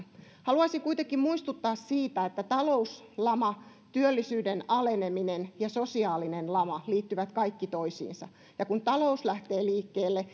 haluaisin kuitenkin muistuttaa siitä että talouslama työllisyyden aleneminen ja sosiaalinen lama liittyvät kaikki toisiinsa ja kun talous lähtee liikkeelle